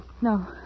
No